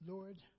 Lord